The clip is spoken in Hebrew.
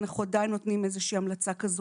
אנחנו עדיין נותנים איזושהי המלצה כזו